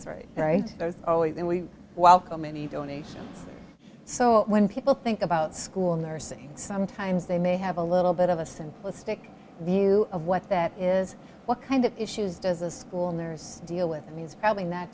very right there's always been we welcome any donations so when people think about school nursing sometimes they may have a little bit of a simplistic view of what that is what kind of issues does a school nurse deal with and he's probably not